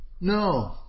no